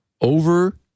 over